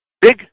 big